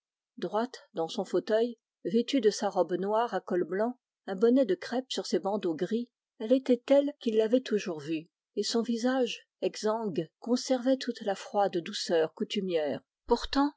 droite dans son fauteuil vêtue de sa robe noire à col blanc un bonnet de crêpe sur ses bandeaux gris elle était telle qu'il l'avait toujours vue et son visage exsangue conservait toute la froide douceur coutumière pourtant